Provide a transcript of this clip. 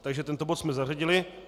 Takže tento bod jsme zařadili.